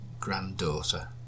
granddaughter